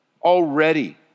already